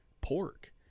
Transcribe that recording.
pork